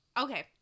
Okay